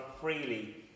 freely